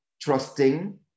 trusting